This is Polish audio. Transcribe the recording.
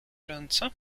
ręce